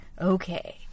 okay